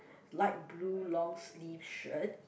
light blue long sleeve shirt